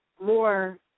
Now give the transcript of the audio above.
more